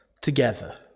Together